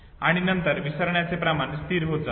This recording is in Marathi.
आणि नंतर विसरण्याचे प्रमाण स्थिर होत जाते